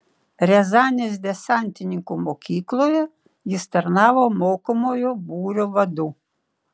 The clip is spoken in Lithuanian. riazanės desantininkų mokykloje jis tarnavo mokomojo būrio vadu